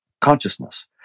consciousness